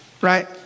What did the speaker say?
Right